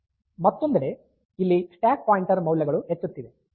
ಮತ್ತೊಂದೆಡೆ ಇಲ್ಲಿ stack pointer ಮೌಲ್ಯಗಳು ಹೆಚ್ಚುತ್ತಿವೆ